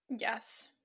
Yes